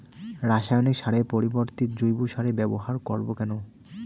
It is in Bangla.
রাসায়নিক সারের পরিবর্তে জৈব সারের ব্যবহার করব কেন?